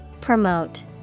Promote